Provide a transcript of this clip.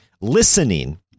listening